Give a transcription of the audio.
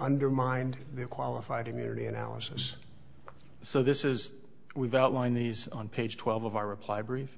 undermined the qualified immunity analysis so this is we've outlined these on page twelve of our reply brief